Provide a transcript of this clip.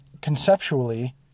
conceptually